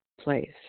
place